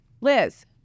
Liz